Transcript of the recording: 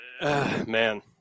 man